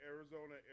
Arizona